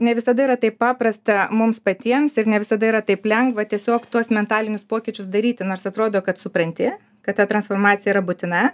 ne visada yra taip paprasta mums patiems ir ne visada yra taip lengva tiesiog tuos mentalinius pokyčius daryti nors atrodo kad supranti kad ta transformacija yra būtina